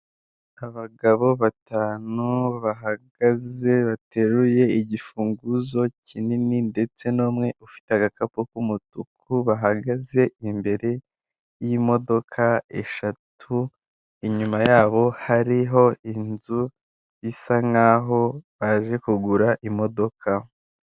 Abagabo batanu bahagaze bateruye igifunguzo kikini ndetse n'umwe ufite agakapu k'umutuku bahagaze imbere y'imodoka eshatu, inyuma yabo hariho inzu isa nk'aho baje kugura imodoka.